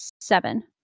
seven